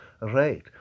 Right